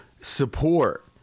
support